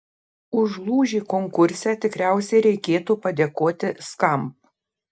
už lūžį konkurse tikriausiai reikėtų padėkoti skamp